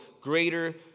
greater